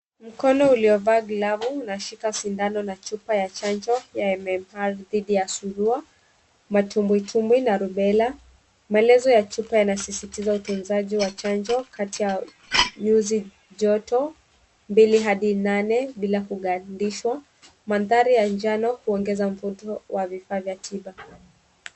Mkono uliovaa glovu unashika sindano na chupa ya chanjo ya MMR dhidi ya Surua, Matumbwitumbwi na Rubella. Maelezo ya chupa yanasisitiza utunzaji wa chanjo kati ya nyuzi joto mbili hadi nane bila kugandishwa. Mandhari ya njano huongeza mvuto wa vifaa vya tiba.